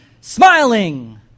Smiling